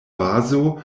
bazo